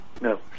No